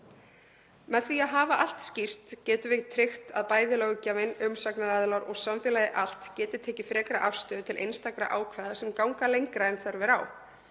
Með því að hafa allt skýrt getum við tryggt að bæði löggjafinn, umsagnaraðilar og samfélagið allt geti tekið frekari afstöðu til einstakra ákvæða sem ganga lengra en þörf er á,